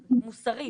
מוסרית,